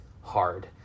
hard